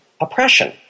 oppression